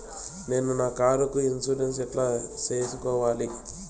నేను నా కారుకు ఇన్సూరెన్సు ఎట్లా సేసుకోవాలి